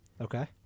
Okay